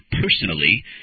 personally